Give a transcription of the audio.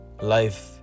life